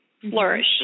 flourish